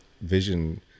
vision